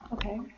Okay